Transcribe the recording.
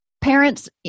Parents